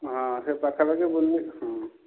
ହଁ ସେ ପାଖାପାଖି ବୁଲି ହଁ